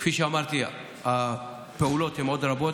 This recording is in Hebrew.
כפי שאמרתי, הפעולות הן עוד רבות.